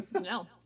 No